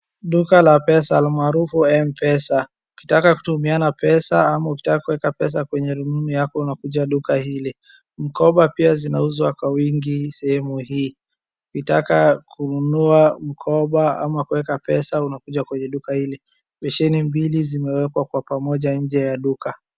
Duka la pesa almaarufu M-PESA . Ukitaka kutumiana pesa ama ukitaka kueka pesa kwenye rununu yako unakuja duka hili. Mkoba pia zinauzwa kwa wingi sehemu hii. Ukitaka kununua mkoba ama kueka pesa unakuja kwenye duka hili. Besheni mbili zimewekwa kwa pamoja nje ya duka.